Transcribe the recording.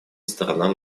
сторонам